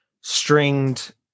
stringed